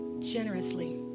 generously